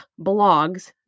blogs